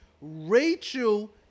Rachel